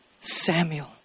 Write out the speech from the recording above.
Samuel